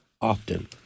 often